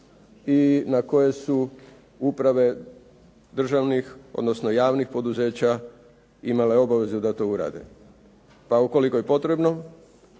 i na koje su uprave državnih odnosno javnih poduzeća imale obavezu da to urade. Pa ukoliko je potrebno